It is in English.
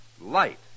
light